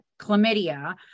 chlamydia